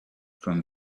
from